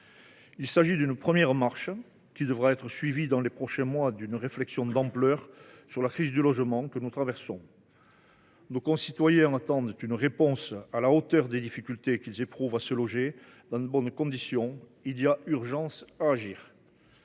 Il s’agit d’une première étape, qui devra être suivie dans les prochains mois d’une réflexion d’ampleur sur la crise du logement que nous traversons. Nos concitoyens attendent une réponse à la hauteur des difficultés qu’ils rencontrent pour se loger dans de bonnes conditions. Il est urgent d’agir.